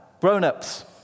grown-ups